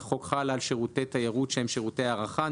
החוק על שירותי תיירות שהם שירותי הארחה,